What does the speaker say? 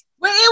Wait